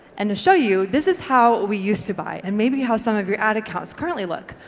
and to show you, this is how we used to buy and maybe how some of your ad accounts currently look,